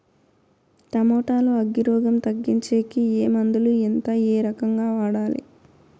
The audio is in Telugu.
టమోటా లో అగ్గి రోగం తగ్గించేకి ఏ మందులు? ఎంత? ఏ రకంగా వాడాలి?